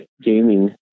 gaming